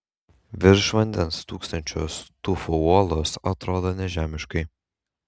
virš vandens stūksančios tufo uolos atrodo nežemiškai